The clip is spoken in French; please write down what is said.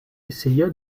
essaya